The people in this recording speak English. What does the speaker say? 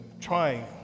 trying